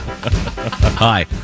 Hi